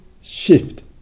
shift